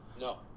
No